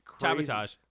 Sabotage